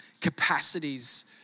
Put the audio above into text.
capacities